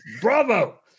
bravo